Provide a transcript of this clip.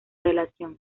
relación